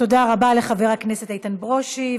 תודה רבה לחבר הכנסת איתן ברושי.